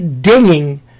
dinging